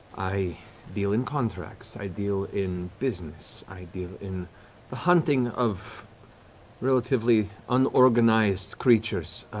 i deal in contracts, i deal in business, i deal in the hunting of relatively unorganized creatures.